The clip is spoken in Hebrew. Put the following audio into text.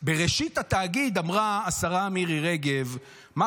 בראשית התאגיד אמרה השרה מירי רגב: מה